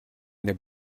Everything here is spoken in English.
their